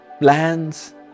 plans